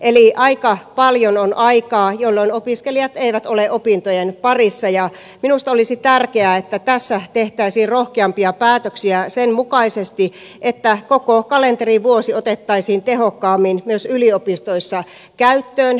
eli aika paljon on aikaa jolloin opiskelijat eivät ole opintojen parissa ja minusta olisi tärkeää että tässä tehtäisiin rohkeampia päätöksiä sen mukaisesti että koko kalenterivuosi otettaisiin tehokkaammin myös yliopistoissa käyttöön